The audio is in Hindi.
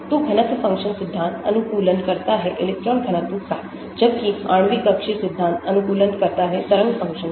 तो घनत्व फ़ंक्शन सिद्धांत अनुकूलन करता है इलेक्ट्रॉन घनत्व का जबकि आणविक कक्षीय सिद्धांत अनुकूलन करता है तरंग फ़ंक्शन का